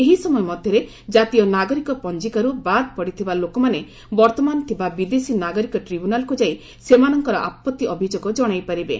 ଏହି ସମୟ ମଧ୍ୟରେ ଜାତୀୟ ନାଗରିକ ପଞ୍ଜିକାର୍ତ ବାଦ୍ ପଡ଼ିଥିବା ଲୋକମାନେ ବର୍ତ୍ତମାନ ଥିବା ବିଦେଶୀ ନାଗରିକ ଟ୍ରିବ୍ୟୁନାଲ୍କୁ ଯାଇ ସେମାନଙ୍କର ଆପତ୍ତି ଅଭିଯୋଗ ଜଣାଇପାରିବେ